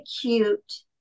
cute